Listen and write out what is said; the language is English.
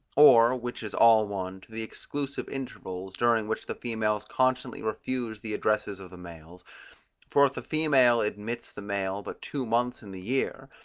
or, which is all one, to the exclusive intervals, during which the females constantly refuse the addresses of the males for if the female admits the male but two months in the year,